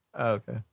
Okay